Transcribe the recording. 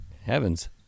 Heavens